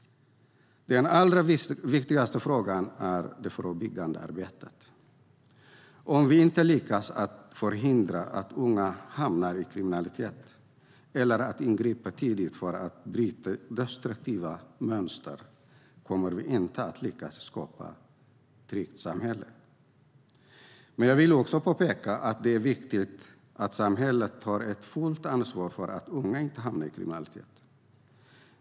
Den allra viktigaste frågan är det förebyggande arbetet. Om vi inte lyckas förhindra att unga hamnar i kriminalitet, eller att ingripa tidigt för att bryta destruktiva mönster, kommer vi inte att lyckas skapa ett tryggt samhälle. Jag vill också påpeka att det är viktigt att samhället tar ett fullt ansvar för att unga inte ska hamna i kriminalitet.